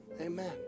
Amen